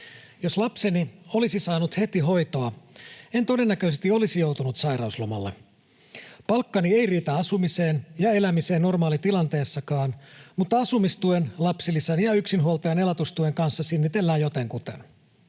Jos lapseni olisi saanut heti hoitoa, en todennäköisesti olisi joutunut sairauslomalle. Palkkani ei riitä asumiseen ja elämiseen normaalitilanteessakaan, mutta asumistuen, lapsilisän ja yksinhuoltajan elatustuen kanssa sinnitellään jotenkuten.